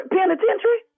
Penitentiary